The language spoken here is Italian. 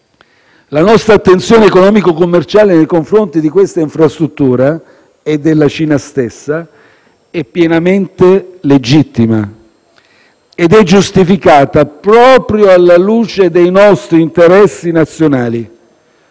La nostra attenzione economico-commerciale nei confronti di queste infrastrutture e della Cina stessa è pienamente legittima ed è giustificata proprio alla luce dei nostri interessi nazionali.